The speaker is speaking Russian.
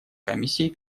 комиссией